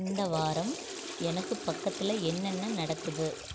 இந்த வாரம் எனக்கு பக்கத்தில் என்னென்ன நடக்குது